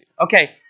Okay